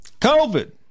COVID